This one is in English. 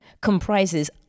comprises